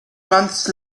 months